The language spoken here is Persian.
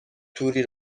توری